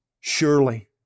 surely